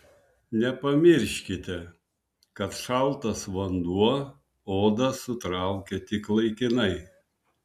nepamirškite kad šaltas vanduo odą sutraukia tik laikinai